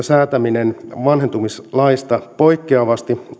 säätäminen vanhentumislaista poikkeavasti